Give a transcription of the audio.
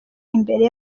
imbere